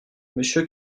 monsieur